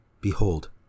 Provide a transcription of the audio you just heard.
Behold